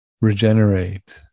regenerate